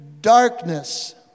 darkness